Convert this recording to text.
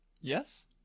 Yes